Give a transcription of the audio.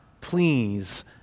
please